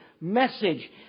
message